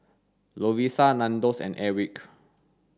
Lovisa Nandos and Airwick